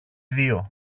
δυο